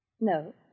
No